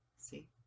See